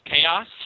chaos